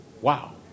Wow